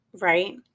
right